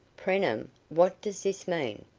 preenham, what does this mean?